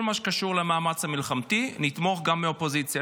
כל מה שקשור למאמץ המלחמתי, נתמוך גם מהאופוזיציה.